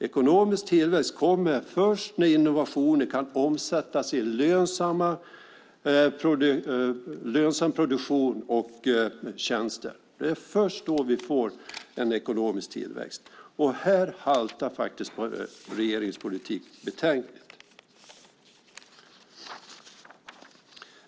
Ekonomisk tillväxt kommer först när innovationer kan omsättas i lönsam produktion och tjänster. Det är först då vi får en ekonomisk tillväxt. Här haltar faktiskt regeringens politik betänkligt.